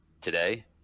today